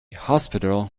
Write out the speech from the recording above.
hospital